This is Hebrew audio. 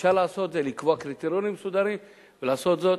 אפשר לעשות, לקבוע קריטריונים מסודרים ולעשות זאת.